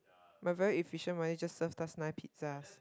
my very efficient mother just served us nine pizzas